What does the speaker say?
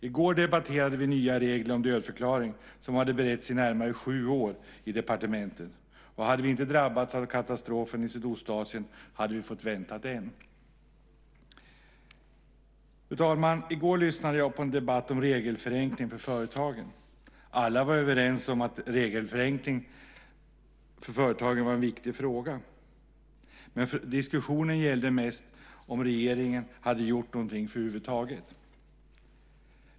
I går debatterade vi nya regler om dödförklaring som hade beretts i närmare sju år i departementen. Om vi inte hade drabbats av katastrofen i Sydostasien hade vi fått vänta än. Fru talman! I går lyssnade jag på en debatt om regelförenkling för företagen. Alla var överens om att regelförenkling för företagen var en viktig fråga. Men diskussionen gällde mest om regeringen hade gjort någonting över huvud taget.